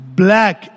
black